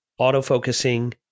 autofocusing